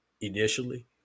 initially